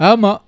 Ama